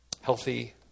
healthy